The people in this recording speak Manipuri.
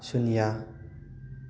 ꯁꯨꯅꯤꯌꯥ